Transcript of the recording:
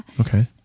Okay